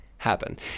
happen